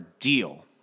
deal